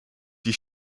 die